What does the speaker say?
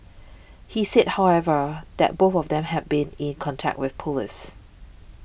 he said however that both of them had been in contact with police